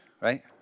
right